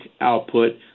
output